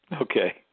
Okay